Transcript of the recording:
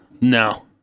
No